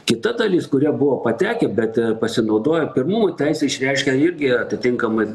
kita dalis kurie buvo patekę bet pasinaudojo pirmumo teise išreiškia irgi atitinkamai